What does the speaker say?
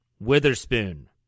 Witherspoon